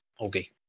Okay